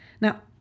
Now